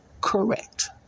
correct